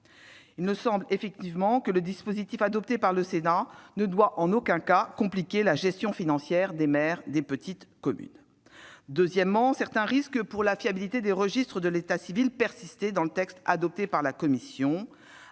Il me semble que le dispositif adopté par le Sénat ne doit en aucun cas compliquer la gestion financière qui incombe aux maires des petites communes. Deuxièmement, certains risques pour la fiabilité des registres d'état civil persistaient dans le texte adopté par la commission